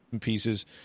pieces